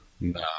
No